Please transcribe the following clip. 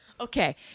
Okay